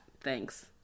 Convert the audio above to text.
thanks